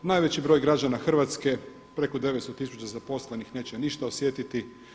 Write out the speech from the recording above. Najveći broj građana Hrvatske, preko 900 tisuća zaposlenih neće ništa osjetiti.